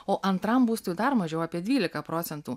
o antram būstui dar mažiau apie dvyliką procentų